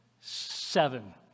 Seven